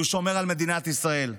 כי הוא שומר על מדינת ישראל,